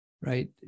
right